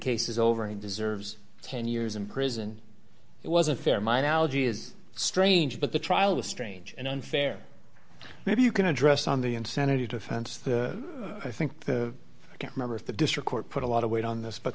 case is over he deserves ten years in prison it was unfair my knowledge is strange but the trial was strange and unfair maybe you can address on the insanity defense i think i can't remember if the district court put a lot of weight on this but